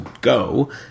go